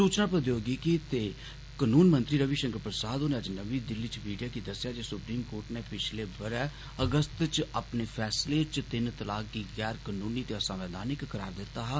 सूचना प्रोद्योगिकी ते कनून मंत्री रवि शंकर प्रसाद होरें अज्ज नमीं दिल्ली च मिडिया गी दस्सेआ जे सुप्रीम कोर्ट ने पिछले बरे अगस्त च अपने फैसलें च तिन तलाकें गी गैर कनुनी ते असवैधानिक करार दिता हा